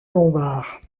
lombard